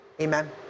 Amen